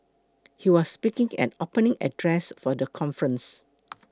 he was speaking at opening address for the conference